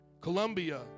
Colombia